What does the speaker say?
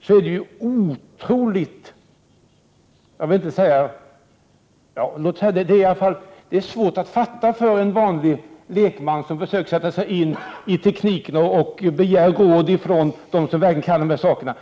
I det läget är det mycket svårt för en lekman, som försöker sätta sig in i tekniken och som ber dem om råd som verkligen kan dessa saker,